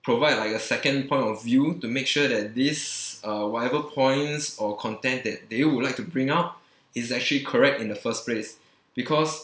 provide like a second point of view to make sure that this uh whatever points or content that they would like to bring out is actually correct in the first place because